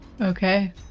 Okay